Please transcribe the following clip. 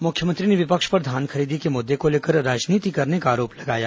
मुख्यमंत्री ने विपक्ष पर धान खरीदी के मुद्दे को लेकर राजनीति करने का आरोप लगाया है